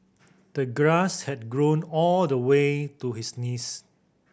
the grass had grown all the way to his knees